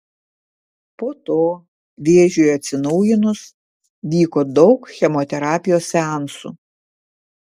po to vėžiui atsinaujinus vyko daug chemoterapijos seansų